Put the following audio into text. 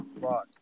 rock